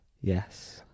Yes